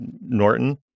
Norton